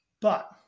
But-